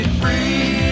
free